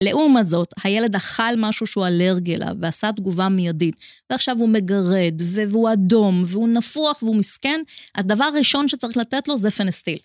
לעומת זאת, הילד אכל משהו שהוא אלרגי אליו ועשה תגובה מיידית, ועכשיו הוא מגרד, והוא אדום, והוא נפוח והוא מסכן, הדבר הראשון שצריך לתת לו זה פנסטיל.